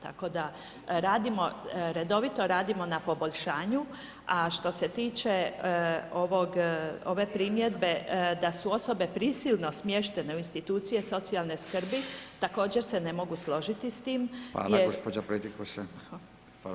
Tako da radimo, redovito radimo na poboljšanju, a što se tiče ove primjedbe da su osobe prisilno smještene u institucije socijalne skrbi, također se ne mogu složiti s tim jer…